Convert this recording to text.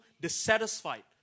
dissatisfied